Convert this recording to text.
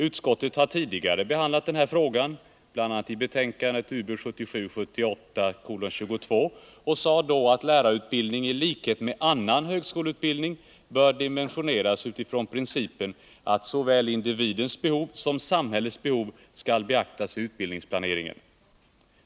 Utskottet har tidigare behandlat denna fråga, bl.a. i utbildningsutskottets betänkande 1977/78:22, och skrev då att lärarutbildningen i likhet med annan högskoleutbildning bör dimensioneras utifrån principen att såväl individens som samhällets behov skall beaktas vid utbildningsplaneringen.